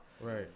Right